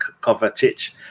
Kovacic